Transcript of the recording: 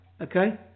okay